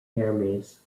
hermes